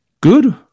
good